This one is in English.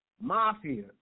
Mafia